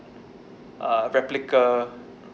uh replica